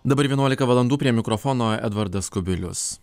dabar vienuolika valandų prie mikrofono edvardas kubilius